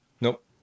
Nope